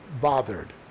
bothered